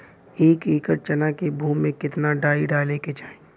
एक एकड़ चना के भूमि में कितना डाई डाले के चाही?